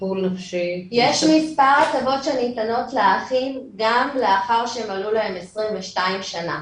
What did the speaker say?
יש מספר הטבות שניתנות לאחים גם לאחר שמלאו להם 22 שנה.